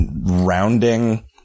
rounding